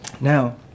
Now